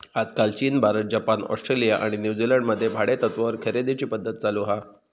आजकाल चीन, Bharat, Japan, Australia आणि न्यूजीलंड मध्ये भाडेतत्त्वावर खरेदीची पध्दत चालु हा